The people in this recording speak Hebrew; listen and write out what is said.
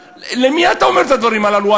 למי אתה אומר את הדברים הללו?